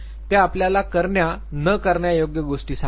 ते आपल्याला करण्या न करण्यायोग्य गोष्टी सांगतात